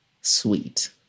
Sweet